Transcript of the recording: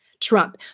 Trump